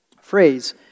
phrase